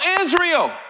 Israel